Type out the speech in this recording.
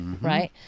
right